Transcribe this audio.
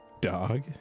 dog